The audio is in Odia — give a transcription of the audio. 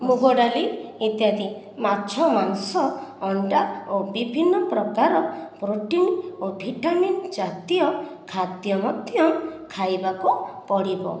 ମୁଗ ଡାଲି ଇତ୍ୟାଦି ମାଛ ମାଂସ ଅଣ୍ଡା ଓ ବିଭିନ୍ନ ପ୍ରକାର ପ୍ରୋଟିନ୍ ଓ ଭିଟାମିନ୍ ଜାତୀୟ ଖାଦ୍ୟ ମଧ୍ୟ ଖାଇବାକୁ ପଡ଼ିବ